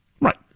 Right